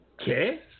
Okay